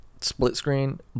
split-screen